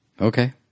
Okay